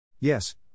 Yes